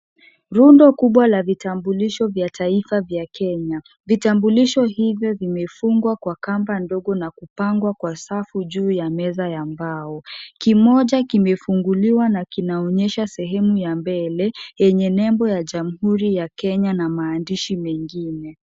Rundo, kubwa la vitambulisho vya taifa vya Kenya, vitambulisho hivyo vimefungwa kwa kamba ndogo na kupangwa kwa safu juu ya meza ya mbao. Kimoja kimefunguliwa na kinaonyesha sehemu ya mbele, yenye nembo ya Jamhuri ya Kenya na maandishi mengine.